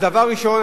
אז דבר ראשון,